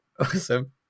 Awesome